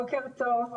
בוקר טוב.